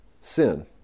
sin